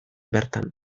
bertan